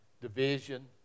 Division